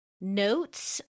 notes